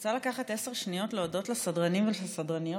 רוצה לקחת עשר שניות להודות לסדרנים ולסדרניות